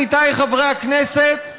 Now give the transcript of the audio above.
עמיתיי חברי הכנסת,